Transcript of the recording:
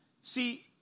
See